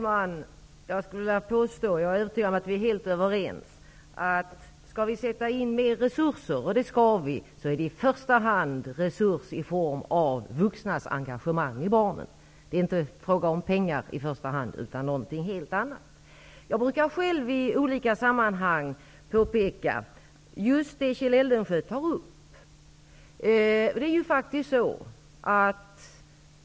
Herr talman! Jag är övertygad om att vi är helt överens om att när det gäller att sätta in mer resurser -- vilka skall sättas in -- är det i första hand resurser i form av vuxnas engagemang i barnen som det handlar om och inte om pengar. Det är någonting helt annat. Själv brukar jag i olika sammanhang påpeka just det som Kjell Eldensjö tar upp.